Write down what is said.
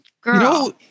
Girl